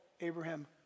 Abraham